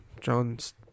john's